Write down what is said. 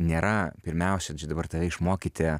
nėra pirmiausia čia dabar tave išmokyti